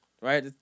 right